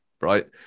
right